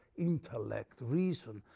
intellect, reason,